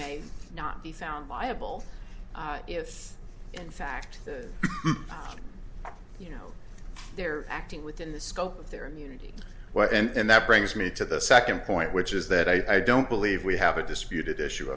may not be found liable if in fact you know they're acting within the scope of their immunity well and that brings me to the second point which is that i don't believe we have a disputed issue